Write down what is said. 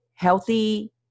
healthy